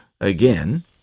again